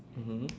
mmhmm